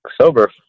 sober